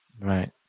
Right